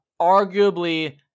arguably